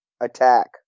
attack